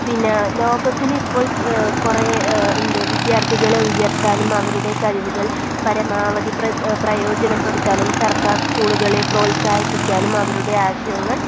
പിന്നെ ലോകത്തിൽ ഇപ്പോൾ കുറേ എന്ത് വിദ്യാർഥികളെ ഉയർത്താനും അവരുടെ കഴിവുകൾ പരമാവധി പ്രയോജനപ്പെടുത്താനും സർക്കാർ സ്കൂളുകളെ പ്രോത്സാഹിപ്പിക്കാനും അവരുടെ ആശയങ്ങൾ